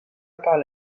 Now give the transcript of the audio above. par